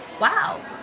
wow